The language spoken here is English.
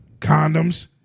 condoms